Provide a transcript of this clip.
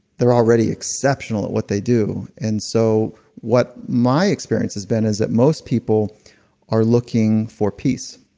they're already exceptional at what they do and so what my experience has been is that most people are looking for peace